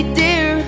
dear